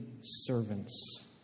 servants